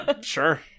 Sure